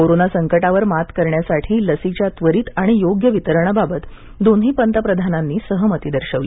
corona संकटावर मात करण्यासाठी लसीच्या त्वरीत आणि योग्य वितरणाबाबत दोन्ही पंतप्रधानांनी सहमती दर्शवली